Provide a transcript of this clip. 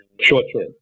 Short-term